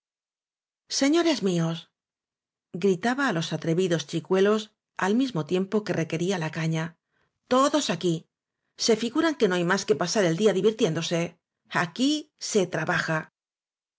señores míos gritaba á los atrevidos chicuelos al mismo tiempo que requería la caña todos aquí se figuran que no hay más que pasar el día divirtiéndose aquí se trabaja